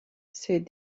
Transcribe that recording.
said